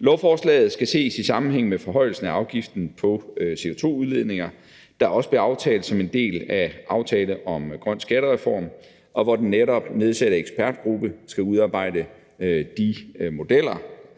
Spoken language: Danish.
Lovforslaget skal ses i sammenhæng med forhøjelsen af afgiften på CO2-udledninger, der også blev aftalt som en del af aftalen om en grøn skattereform, og hvor den netop nedsatte ekspertgruppe skal udarbejde de modeller,